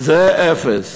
זה אפס.